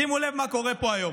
שימו לב מה קורה פה היום: